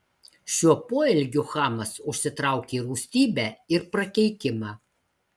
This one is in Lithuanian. šiuo poelgiu chamas užsitraukė rūstybę ir prakeikimą